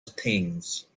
things